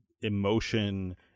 emotion